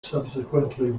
subsequently